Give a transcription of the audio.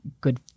Good